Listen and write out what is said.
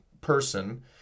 person